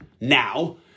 now